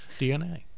DNA